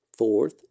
Fourth